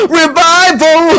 revival